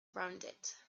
rounded